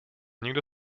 nikde